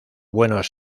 buenos